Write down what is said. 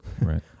Right